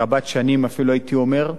רבת שנים הייתי אומר,